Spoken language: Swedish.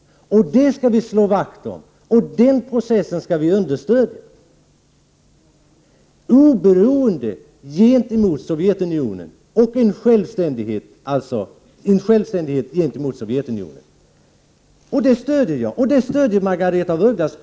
Det slår vi vakt om, och den processen skall vi understödja. Det stöder jag, och det stöder Margaretha af Ugglas.